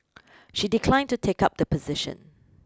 she declined to take up the position